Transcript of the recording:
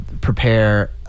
prepare